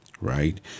right